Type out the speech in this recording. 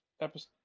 episode